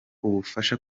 ubufasha